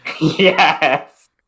Yes